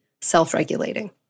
self-regulating